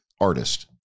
artist